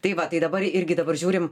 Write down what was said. tai va tai dabar irgi dabar žiūrim